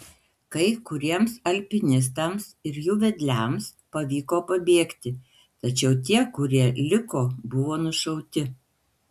kai kuriems alpinistams ir jų vedliams pavyko pabėgti tačiau tie kurie liko buvo nušauti